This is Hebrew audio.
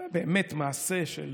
זה היה באמת מעשה של